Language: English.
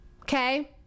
Okay